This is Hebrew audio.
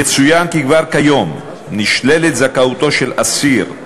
יצוין כי כבר כיום נשללת זכאותו של אסיר,